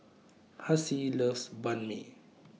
Hassie loves Banh MI